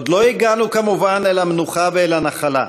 עוד לא הגענו, כמובן, אל המנוחה ואל הנחלה,